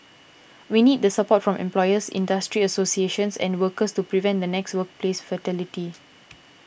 we need the support from employers industry associations and workers to prevent the next workplace fatality